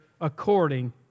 according